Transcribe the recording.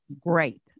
Great